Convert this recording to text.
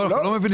לא.